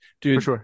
Dude